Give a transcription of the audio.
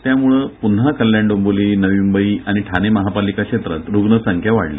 त्यामुळं पुन्हा कल्याण डोंबिवली नवी मूंबई आणि ठाणो महापालिका क्षेत्रत रुग्ण संख्या वाढली